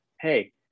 hey